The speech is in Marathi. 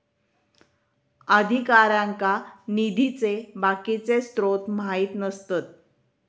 अधिकाऱ्यांका निधीचे बाकीचे स्त्रोत माहित नसतत